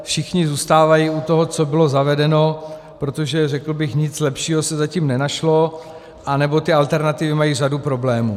Všichni zůstávají u toho, co bylo zavedeno, protože, řekl bych, nic lepšího se zatím nenašlo, anebo ty alternativy mají řadu problémů.